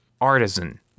artisan